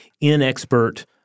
inexpert